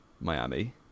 Miami